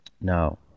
Now